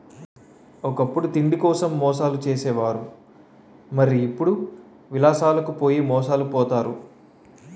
ఒకప్పుడు తిండికోసం మోసాలు చేసే వారు మరి ఇప్పుడు విలాసాలకు పోయి మోసాలు పోతారు